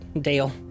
Dale